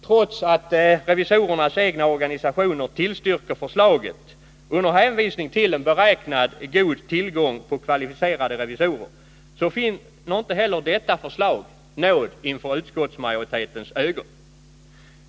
Trots att revisorernas egna organisationer tillstyrker förslaget under hänvisning till en beräknad god tillgång på kvalificerade revisorer finner inte heller detta förslag nåd inför utskottsmajoritetens ögon.